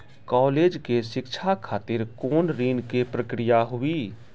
College के शिक्षा खातिर कौन ऋण के प्रक्रिया हुई?